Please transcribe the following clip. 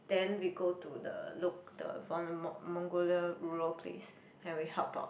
then we go to the loc~ the Mon~ Mongolia rural place then we help about